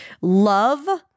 Love